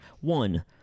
One